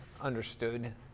understood